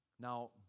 Now